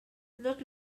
not